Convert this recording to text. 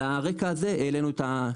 על הרקע הזה העלנו את ההצעה.